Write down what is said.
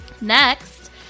Next